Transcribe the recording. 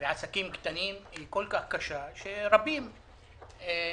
ועסקים קטנים היא כל כך קשה שרבים נתקלים